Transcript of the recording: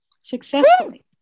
successfully